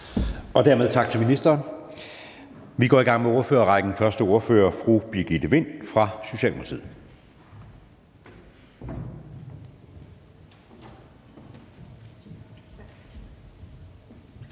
Dermed tak til ministeren. Vi går i gang med ordførerrækken, og den første ordfører er fru Birgitte Vind fra Socialdemokratiet. Kl.